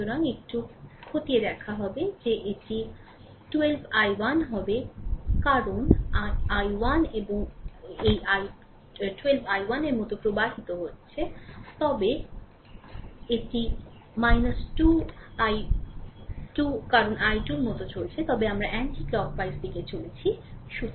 সুতরাং এটি খতিয়ে দেখা হবে যে এটি 12 i 1 হবে কারণ i1 এই 12 i1 এর মতো প্রবাহিত হচ্ছে তবে এটি হবে 2 i 2 কারণ i2 এর মতো চলছে তবে আমরা অ্যান্টি ক্লকওয়াইজ দিকে চলেছি